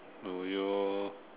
do you